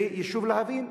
והיישוב להבים,